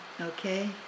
Okay